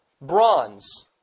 bronze